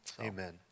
Amen